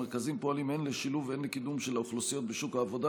המרכזים פועלים הן לשילוב והן לקידום של האוכלוסיות בשוק העבודה,